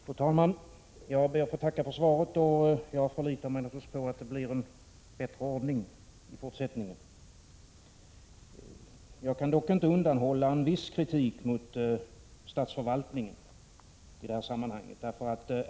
Fru talman! Jag ber att få tacka för svaret. Jag förlitar mig naturligtvis på att det i fortsättningen blir en bättre ordning. Jag kan dock inte undanhålla en viss kritik mot statsförvaltningen i detta sammanhang.